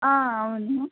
అవును